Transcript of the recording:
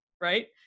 right